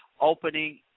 opening